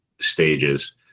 stages